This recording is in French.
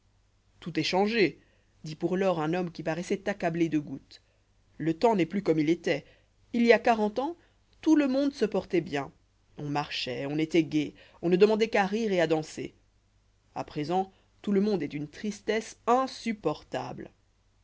tout est changé dit pour lors un homme qui paroissoit accablé de goutte le temps n'est plus comme il étoit il y a quarante ans tout le monde se portoit bien on marchoit on étoit gai on ne demandoit qu'à rire et à danser à présent tout le monde est d'une tristesse insupportable